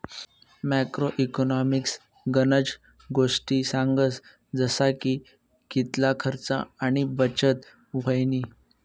macro economics गनज गोष्टी सांगस जसा की कितला खर्च आणि बचत व्हयनी